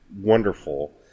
wonderful